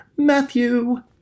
matthew